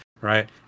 Right